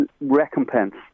recompense